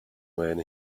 when